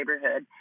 neighborhood